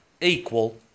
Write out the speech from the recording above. equal